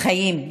חיים.